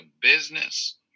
business